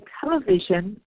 television